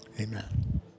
amen